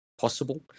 possible